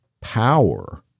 power